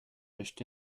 acheté